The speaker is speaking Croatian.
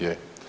Je.